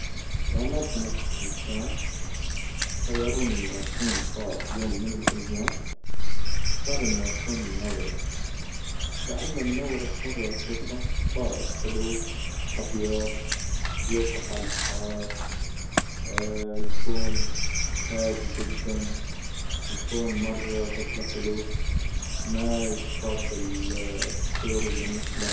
لو ما كنت إنسان، خيروني إني أكون طائر يوم من الأيام! اختار إني أكون النورس، لأن النورس مرة اشوفه طائر حلو أبيظ، يوقف على البحار, يكون هادي جدا، يكون مرة شكلة حلو ما يصطاد الطيور إللي مثله.